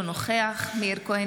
אינו נוכח מאיר כהן,